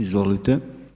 Izvolite.